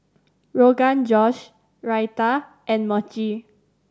Rogan Josh Raita and Mochi